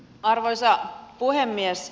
arvoisa puhemies